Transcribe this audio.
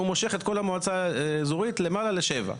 הוא מושך את כל המועצה האזורית למעלה לשבע,